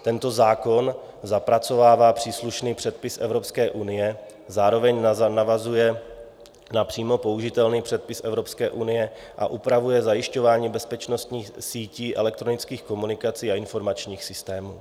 Tento zákon zapracovává příslušný předpis Evropské unie, zároveň navazuje na přímo použitelný předpis Evropské unie a upravuje zajišťování bezpečnosti sítí elektronických komunikací a informačních systémů.